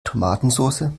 tomatensoße